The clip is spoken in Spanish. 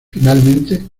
finalmente